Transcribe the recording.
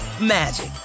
magic